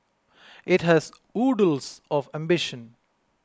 it has oodles of ambition